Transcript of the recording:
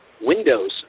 Windows